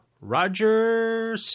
Roger